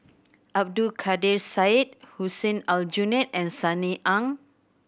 Abdul Kadir Syed Hussein Aljunied and Sunny Ang